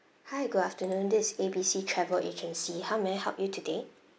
hi good afternoon this is A B C travel agency how may I help you today